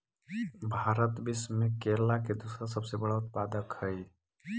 भारत विश्व में केला के दूसरा सबसे बड़ा उत्पादक हई